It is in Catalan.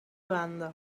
banda